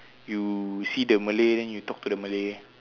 you see the malay then you talk to the malay